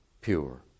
pure